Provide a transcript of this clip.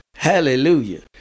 Hallelujah